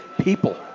people